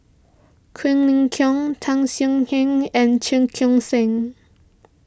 Quek Ling Kiong Tan Swie Hian and Cheong Koon Seng